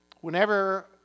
Whenever